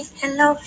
hello